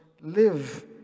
live